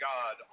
God